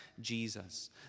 Jesus